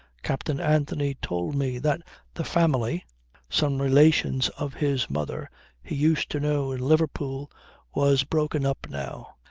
captain anthony told me that the family some relations of his mother he used to know in liverpool was broken up now,